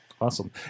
Awesome